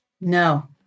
No